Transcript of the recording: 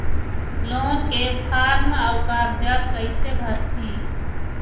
Loan के form अऊ कागजात कइसे भरथें?